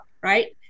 Right